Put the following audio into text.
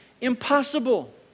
Impossible